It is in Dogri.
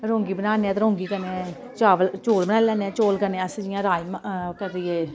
रौंगी बनान्ने ते रौंगी कन्नै चावल चौल बनाई लैन्ने चौल कन्नै अस जियां राजमां कदें एह्